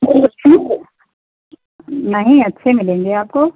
नहीं अच्छे नहीं अच्छे मिलेंगे आपको